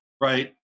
right